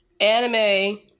anime